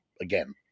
again